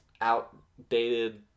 outdated